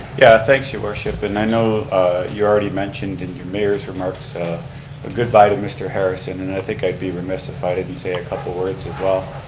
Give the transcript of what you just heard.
yeah, thanks, your worship, and i know you already mentioned in your mayor's remarks so a goodbye to mr. harrison, and i think i'd be remiss if i didn't say a couple words as well.